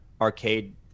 arcade